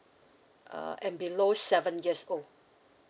uh and below seven years old